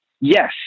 Yes